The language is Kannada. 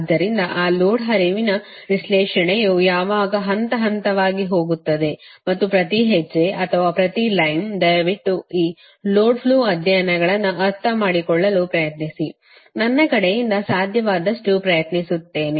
ಆದ್ದರಿಂದ ಈ ಲೋಡ್ ಹರಿವಿನ ವಿಶ್ಲೇಷಣೆಯು ಯಾವಾಗ ಹಂತ ಹಂತವಾಗಿ ಹೋಗುತ್ತದೆ ಮತ್ತು ಪ್ರತಿ ಹೆಜ್ಜೆ ಅಥವಾ ಪ್ರತಿ ಲೈನ್ ದಯವಿಟ್ಟು ಈ ಲೋಡ್ ಫ್ಲೋ ಅಧ್ಯಯನಗಳನ್ನು ಅರ್ಥಮಾಡಿಕೊಳ್ಳಲು ಪ್ರಯತ್ನಿಸಿ ನನ್ನ ಕಡೆಯಿಂದ ಸಾಧ್ಯವಾದಷ್ಟು ಪ್ರಯತ್ನಿಸುತ್ತೇನೆ